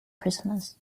prisoners